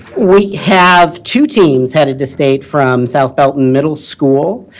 we have two teams headed to state from south belton middle school.